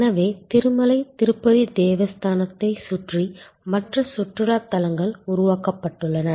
எனவே திருமலை திருப்பதி தேவஸ்தானத்தைச் சுற்றி மற்ற சுற்றுலாத் தலங்கள் உருவாக்கப்பட்டுள்ளன